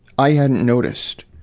i hadn't noticed.